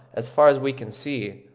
as far as we can see,